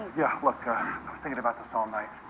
yeah, look, ah, i was thinking about this all night.